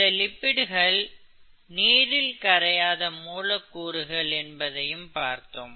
இந்த லிப்பிடுகள் நீரில் கரையாத மூலக்கூறுகள் என்பதையும் பார்த்தோம்